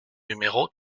numéro